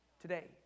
today